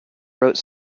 wrote